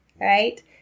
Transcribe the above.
right